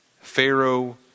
Pharaoh